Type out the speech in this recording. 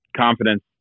Confidence